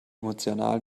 emotional